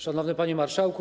Szanowny Panie Marszałku!